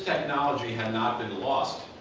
technology had not been lost,